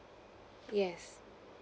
yes